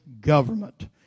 government